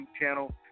channel